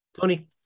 tony